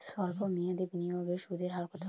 সল্প মেয়াদি বিনিয়োগের সুদের হার কত?